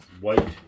White